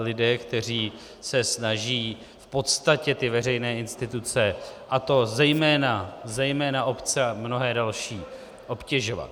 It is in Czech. lidé, kteří se snaží v podstatě ty veřejné instituce, a to zejména obce a mnohé další, obtěžovat.